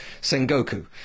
sengoku